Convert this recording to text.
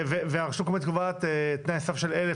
והרשות המקומית קובעת תנאי סף של 1,000